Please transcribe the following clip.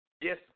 Yes